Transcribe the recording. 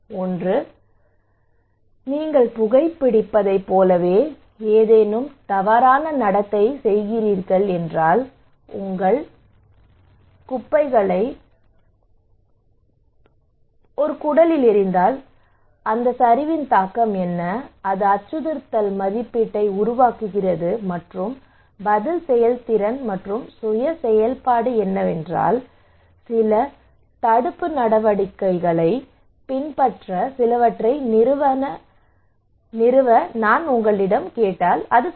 ஒன்று நீங்கள் புகைபிடிப்பதைப் போலவே ஏதேனும் தவறான நடத்தை செய்கிறீர்கள் என்றால் உங்கள் குப்பைகளை ஒரு குடலில் எறிந்தால் இந்த சரிவின் தாக்கம் என்ன இது அச்சுறுத்தல் மதிப்பீட்டை உருவாக்குகிறது மற்றும் பதில் செயல்திறன் மற்றும் சுய செயல்பாடு என்னவென்றால் சில தடுப்பு நடவடிக்கைகளை பின்பற்ற சிலவற்றை நிறுவ நான் உங்களிடம் கேட்டால் சரி